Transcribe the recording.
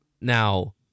Now